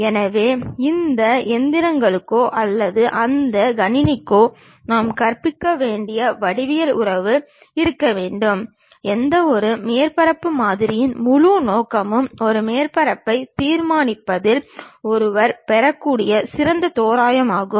எனவே இந்த இயந்திரங்களுக்கோ அல்லது அந்த கணினிக்கோ நாம் கற்பிக்க வேண்டிய வடிவியல் உறவு இருக்க வேண்டும் எந்தவொரு மேற்பரப்பு மாதிரியின் முழு நோக்கமும் ஒரு மேற்பரப்பை நிர்மாணிப்பதில் ஒருவர் பெறக்கூடிய சிறந்த தோராயமாகும்